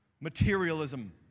Materialism